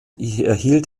erhielt